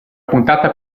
puntata